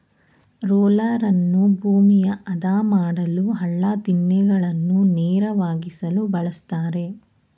ರೋಲರನ್ನು ಭೂಮಿಯ ಆದ ಮಾಡಲು, ಹಳ್ಳ ದಿಣ್ಣೆಗಳನ್ನು ನೇರವಾಗಿಸಲು ಬಳ್ಸತ್ತರೆ